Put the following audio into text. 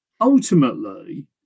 Ultimately